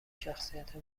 شخصیت